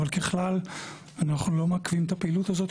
אבל בכלל אנחנו לא מעכבים את הפעילות הזאת,